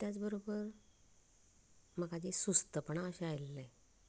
तेच बरोबर म्हाका जें सुस्तपणा अशें आयिल्लें